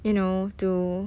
you know to